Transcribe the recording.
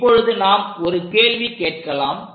இப்பொழுது நாம் ஒரு கேள்வி கேட்கலாம்